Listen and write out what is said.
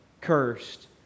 cursed